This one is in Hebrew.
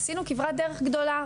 עשינו כברת דרך גדולה.